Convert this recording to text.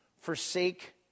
forsake